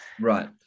Right